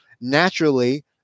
Naturally